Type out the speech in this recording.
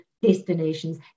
destinations